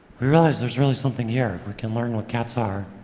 we realized there's really something here. we can learn what cats are,